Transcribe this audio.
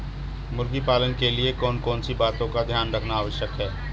मुर्गी पालन के लिए कौन कौन सी बातों का ध्यान रखना आवश्यक है?